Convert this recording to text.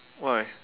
why